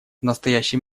настоящий